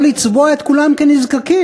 לא לצבוע את כולם כנזקקים,